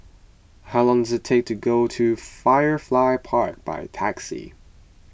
how long does it take to go to Firefly Park by taxi